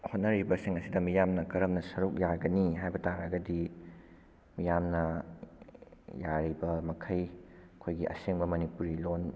ꯍꯣꯠꯅꯔꯤꯕꯁꯤꯡ ꯑꯁꯤꯗ ꯃꯤꯌꯥꯝꯅ ꯀꯔꯝꯅ ꯁꯔꯨꯛ ꯌꯥꯒꯅꯤ ꯍꯥꯏꯕ ꯇꯥꯔꯒꯗꯤ ꯃꯤꯌꯥꯝꯅ ꯌꯥꯔꯤꯕꯃꯈꯩ ꯑꯩꯈꯣꯏꯒꯤ ꯑꯁꯦꯡꯕ ꯃꯅꯤꯄꯨꯔꯤ ꯂꯣꯟ